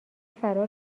فرار